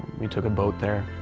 we took a boat there,